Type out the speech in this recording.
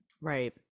Right